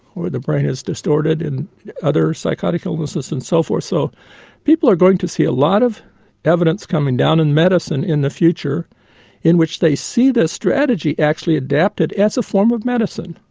where the brain is distorted in other psychotic illnesses and so forth. so people are going to see a lot of evidence coming down in medicine in the future in which they see this strategy actually adapted as a form of medicine.